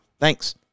thanks